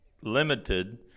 limited